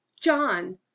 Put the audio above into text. John